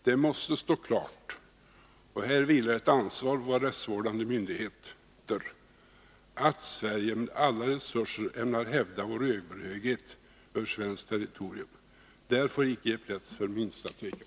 Det måste stå klart — och här vilar ett ansvar på rättsvårdande myndigheter — att Sverige med alla resurser ämnar hävda vår överhöghet över svenskt territorium. Där får icke ges plats för minsta tvekan!